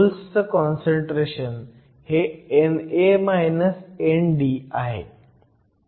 होल्सचं काँसंट्रेशन हे NA ND आहे